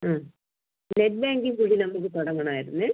ആ net banking കൂടി നമുക്ക് തുടങ്ങണമായിരുന്നു